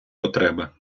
потреби